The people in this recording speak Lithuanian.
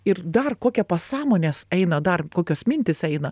ir dar kokia pasąmonės eina dar kokios mintys eina